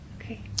Okay